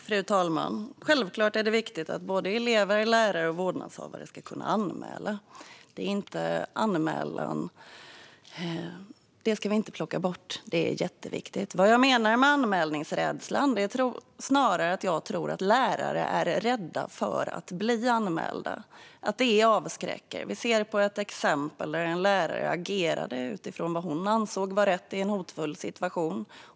Fru talman! Självklart är det viktigt att såväl elever som lärare och vårdnadshavare ska kunna anmäla. Det ska vi inte plocka bort. Det är jätteviktigt. Vad jag menar med anmälningsrädsla är snarare att jag tror att lärare är rädda för att bli anmälda och att det avskräcker. Vi har sett ett exempel där en lärare agerade utifrån vad hon ansåg var rätt i en hotfull situation.